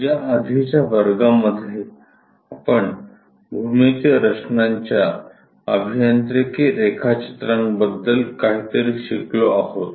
या आधीच्या वर्गामध्ये आपण भूमितीय रचनांच्या अभियांत्रिकी रेखाचित्रांबद्दल काहीतरी शिकलो आहोत